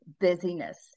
busyness